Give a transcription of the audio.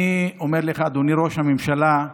אני אומר לך, אדוני ראש הממשלה,